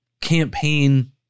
campaign